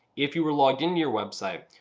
if you were logged into your website,